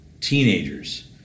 teenagers